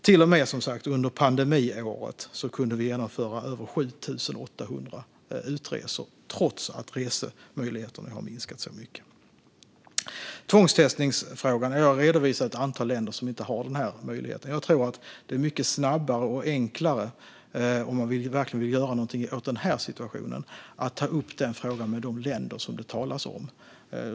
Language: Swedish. Till och med under pandemiåret kunde vi som sagt genomföra över 7 800 utresor, trots att resemöjligheterna minskat så mycket. Vad gäller tvångstestningsfrågan har jag redovisat ett antal länder som inte har den möjligheten. Om man verkligen vill göra någonting åt den här situationen tror jag att det är mycket snabbare och enklare att ta upp frågan med de länder som det gäller, exempelvis Afghanistan.